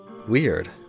Weird